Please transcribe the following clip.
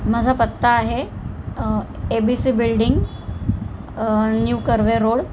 माझा पत्ता आहे A B C building new Karve road